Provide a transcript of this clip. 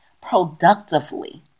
productively